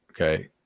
Okay